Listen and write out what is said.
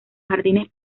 jardines